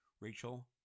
Rachel